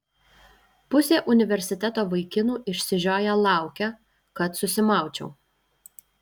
pusė universiteto vaikinų išsižioję laukia kad susimaučiau